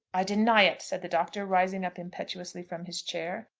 i deny it, said the doctor, rising up impetuously from his chair.